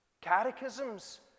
Catechisms